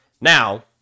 Now